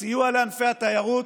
הסיוע לענפי התיירות,